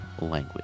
language